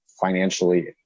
financially